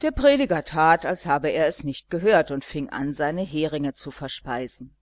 der prediger tat als habe er es nicht gehört und fing an seine heringe zu verspeisen